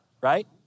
right